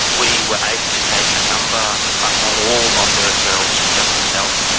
we were able to take a number but not all of the referrals from justice health.